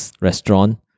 restaurant